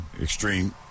extreme